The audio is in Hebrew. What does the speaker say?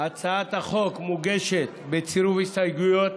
הצעת החוק מוגשת בצירוף הסתייגויות,